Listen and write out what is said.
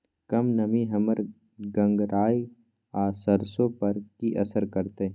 कम नमी हमर गंगराय आ सरसो पर की असर करतै?